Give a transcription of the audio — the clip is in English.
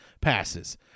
passes